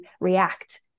react